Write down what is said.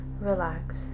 relax